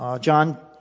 John